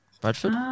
Bradford